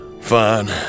Fine